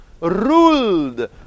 ruled